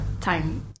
time